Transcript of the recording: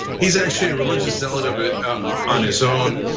he's actually a religious zealot of it on his own.